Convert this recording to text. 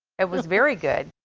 it was very good.